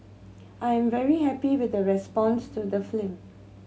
I am very happy with the response to the flim